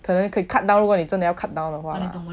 可能可以 cut down 如果你真的要 cut down 的话 lah